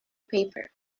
paper